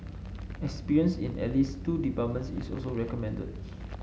experience in at least two departments is also recommended